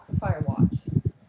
Firewatch